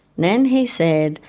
then he said,